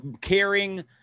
caring